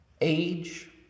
Age